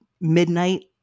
Midnight